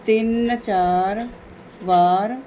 ਤਿੰਨ ਚਾਰ ਵਾਰ